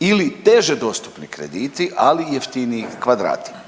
ili teže dostupni krediti, ali jeftiniji kvadrati